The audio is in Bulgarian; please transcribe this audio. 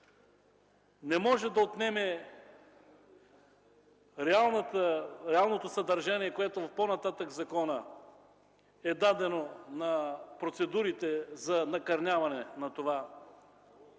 не може да отнеме реалното съдържание, което по-нататък в закона е дадено на процедурите за накърняване на това